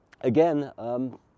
again